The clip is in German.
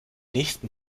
nächste